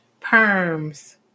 perms